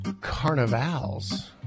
carnivals